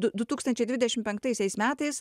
du du tūkstančiai dvidešim penktaisiais metais